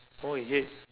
oh is it